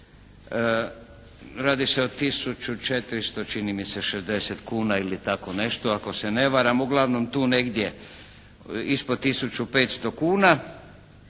Radi se o 1.460,00 kuna čini mi se, ili tako nešto ako se ne varam, uglavnom tu negdje ispod 1.500,00 kuna.